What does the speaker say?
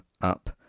up